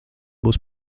būs